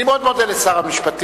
אני מאוד מודה לשר המשפטים,